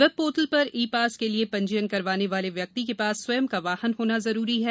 web portal पर e pass के लिए पंजीयन करवाने वाले व्यक्ति के पास स्वयं का वाहन होना जरूरी है